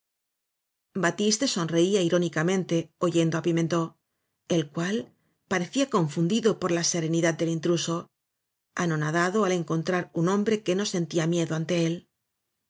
batiste sonreía irónicamente oyendo á pi mentón el cual parecía confundido por la sere nidad del intruso anonadado al encontrar un hombre que no sentía miedo ante él